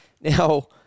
Now